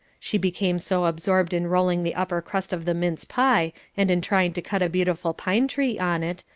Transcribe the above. she became so absorbed in rolling the upper crust of the mince pie, and in trying to cut a beautiful pine-tree on it,